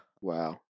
Wow